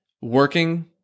working